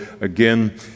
again